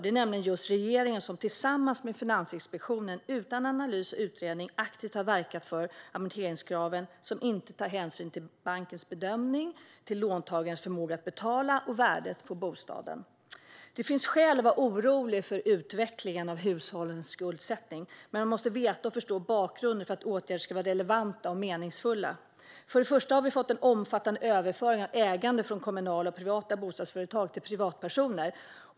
Det är nämligen just regeringen som tillsammans med Finansinspektionen utan analys och utredning aktivt har verkat för amorteringskraven, som inte tar hänsyn till bankens bedömning, till låntagarens förmåga att betala eller till bostadens värde. Det finns skäl att vara orolig för utvecklingen av hushållens skuldsättning, men man måste veta och förstå bakgrunden för att åtgärder ska vara relevanta och meningsfulla. För det första har vi fått en omfattande överföring av ägande från kommunala och privata bostadsföretag till privatpersoner.